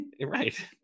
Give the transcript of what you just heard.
right